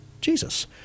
Jesus